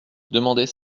demander